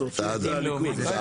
מסורתיים זה הליכוד.